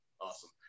Awesome